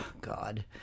God